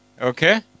Okay